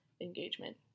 engagement